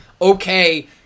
okay